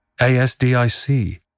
ASDIC